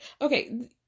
Okay